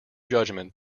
judgment